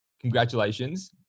Congratulations